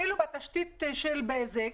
אפילו בתשתית של בזק,